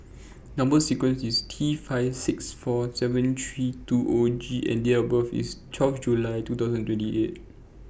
Number sequence IS T five six four seven three two O G and Date of birth IS twelve July two thousand and twenty eight